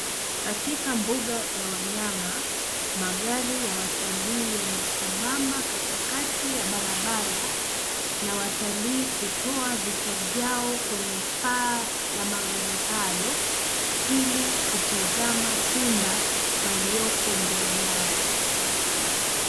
Katika mbuga ya wanyama, magari ya watalii yamesimama katikati ya barabara, na watalii kutoa vichwa vyao kwenye paa la magari hayo, ili kutizama simba, walioko mbele yao.